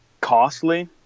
costly